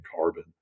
carbon